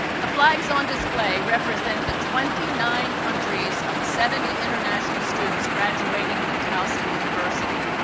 the flags on display represent the twenty nine countries of the seventy international students graduating from towson university.